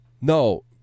No